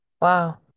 Wow